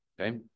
okay